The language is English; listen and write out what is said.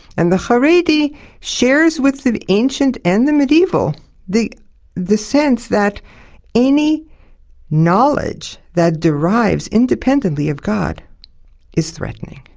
and the haredi shares with the ancient and the medieval the the sense that any knowledge that derives independently of god is threatening,